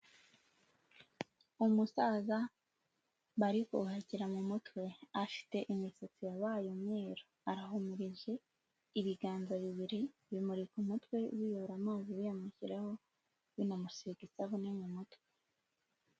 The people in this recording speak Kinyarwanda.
Umusaza bari kuhagira mu mutwe, afite imisatsi yabaye umweru, arahumurije, ibiganza bibiri bimurika ku umutwe biyora amazi biyamushyiraho binamusiga isabune mu mutwe.